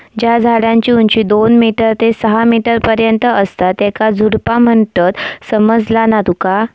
ज्या झाडांची उंची दोन मीटर ते सहा मीटर पर्यंत असता त्येंका झुडपा म्हणतत, समझला ना तुका?